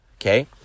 Okay